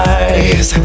eyes